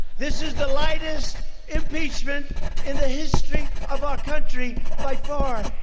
this is the lightest impeachment in the history of our country by far.